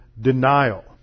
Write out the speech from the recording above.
Denial